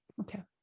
Okay